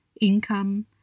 income